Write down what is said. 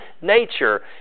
nature